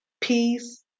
peace